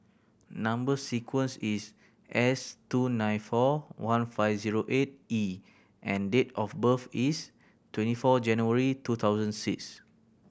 number sequence is S two nine four one five zero eight E and date of birth is twenty four January two thousand six